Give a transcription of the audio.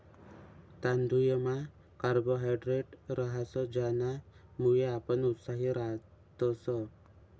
तांदुयमा कार्बोहायड्रेट रहास ज्यानामुये आपण उत्साही रातस